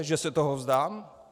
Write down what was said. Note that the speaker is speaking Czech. Že se toho vzdám?